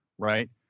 Right